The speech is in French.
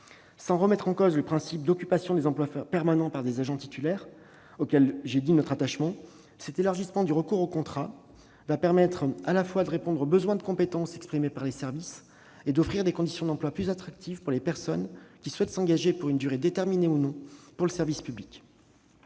Sans remettre en cause le principe d'occupation des emplois permanents par des agents titulaires, auquel j'ai dit notre attachement, cet élargissement du recours au contrat permettra à la fois de répondre aux besoins de compétences exprimés par les services et d'offrir des conditions d'emploi plus attractives pour les personnes qui souhaitent s'engager, pour une durée déterminée ou non, pour le service public.